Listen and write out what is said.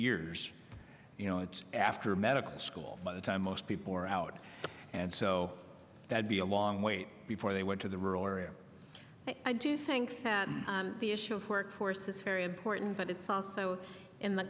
years you know it's after medical school by the time most people are out and so that be a long way before they went to the rural area but i do think that the issue of workforce is very important but it's also in the